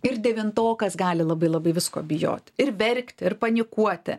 ir devintokas gali labai labai visko bijoti ir verkti ir panikuoti